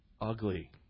ugly